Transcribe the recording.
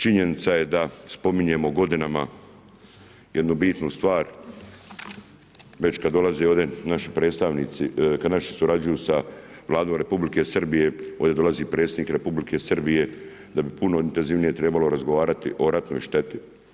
Činjenica je da spominjemo godinama jednu bitnu stvar, već kad dolaze ovdje naši predstavnici, kada naši surađuju sa Vladom Republike Srbije, ovdje dolazi predsjednik Republike Srbije, da bi puno intenzivnije trebalo razgovarati o ratnoj šteti.